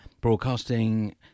broadcasting